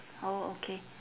oh okay